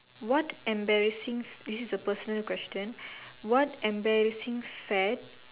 what embarrassing this is a personal question what embarrassing fad